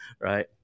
Right